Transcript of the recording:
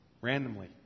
Randomly